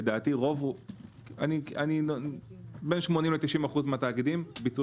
לדעתי בין 80% ל-90% מהתאגידים ביצעו